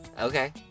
Okay